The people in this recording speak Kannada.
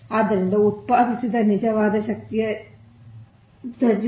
ಆದ್ದರಿಂದ ಉತ್ಪಾದಿಸಿದ ನಿಜವಾದ ಶಕ್ತಿಯ ನಿಜವಾದ ಶಕ್ತಿಯು 37